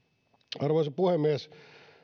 arvoisa puhemies